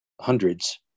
hundreds